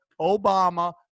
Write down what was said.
Obama